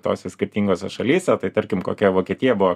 tose skirtingose šalyse tai tarkim kokioj vokietijoj buvo